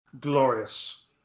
glorious